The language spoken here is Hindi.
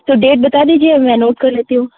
तो डेट बता दीजिए मैं नोट कर लेती हूँ